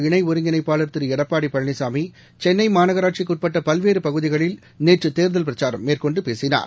இணஒருங்கிணைப்பாளர் அஇஅதிமுக திரு எடப்பாடிபழனிசாமி சென்னைமாநகராட்சிக்குஉட்பட்டபல்வேறுபகுதிகளில் நேற்றுதேர்தல் பிரச்சாரம் மேற்கொண்டுபேசினார்